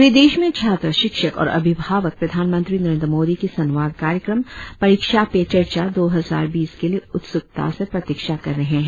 पूरे देश में छात्र शिक्षक और अभिभावक प्रधानमंत्री नरेंद्र मोदी के संवाद कार्यक्रम परीक्षा पे चर्चा दो हजाए बीस के लिए उत्सुकता से प्रतिक्षा कर रहे हैं